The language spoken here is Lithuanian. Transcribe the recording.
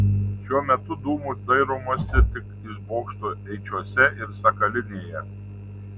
šiuo metu dūmų dairomasi tik iš bokštų eičiuose ir sakalinėje